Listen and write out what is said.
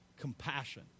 Compassion